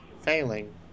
failing